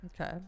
Okay